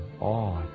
awe